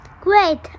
Great